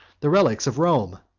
the relics of rome,